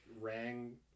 rang